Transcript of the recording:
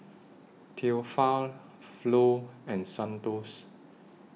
Theophile Flo and Santos